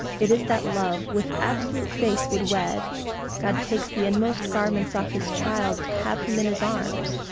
it is that love with absolute faith would wed god takes the inmost garments off his child, to have him in his arms,